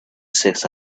six